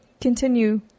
continue